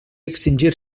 extingir